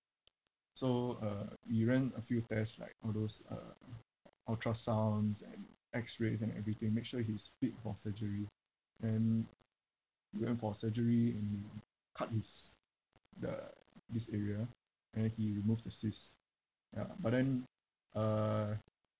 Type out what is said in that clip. so uh we ran a few tests like all those uh ultrasounds and x rays and everything make sure he's fit for surgery and we went for a surgery and cut his the this area and then he removed the cyst ya but then uh